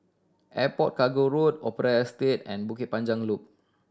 Airport Cargo Road Opera Estate and Bukit Panjang Loop